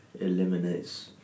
eliminates